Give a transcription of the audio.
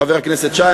חבר הכנסת שי,